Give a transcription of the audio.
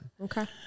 Okay